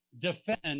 defend